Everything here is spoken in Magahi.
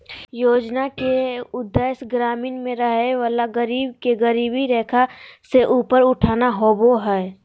योजना के उदेश्य ग्रामीण में रहय वला गरीब के गरीबी रेखा से ऊपर उठाना होबो हइ